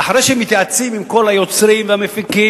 ואחרי שמתייעצים עם כל היוצרים והמפיקים